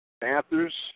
Panthers